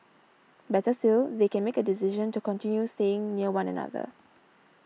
better still they can make a decision to continue staying near one another